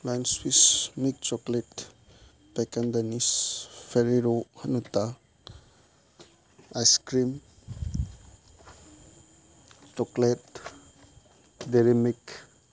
lime fish meat chocolate pecan Danish Ferrero Hanuta ice cream chocolate dairy milk